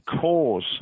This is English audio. cause